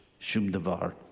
shumdavar